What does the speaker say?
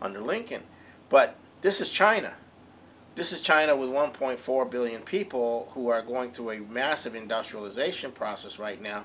under lincoln but this is china this is china with one point four billion people who are going through a massive industrialization process right now